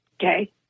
Okay